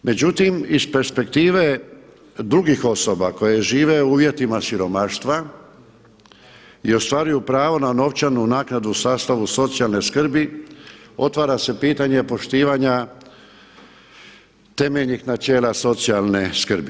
Međutim iz perspektive drugih osoba koje žive u uvjetima siromaštva i ostvaruju pravo na novčanu naknadu u sastavu socijalne skrbi otvara se pitanje poštivanja temeljnih načela socijalne skrbi.